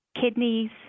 kidneys